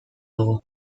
dugu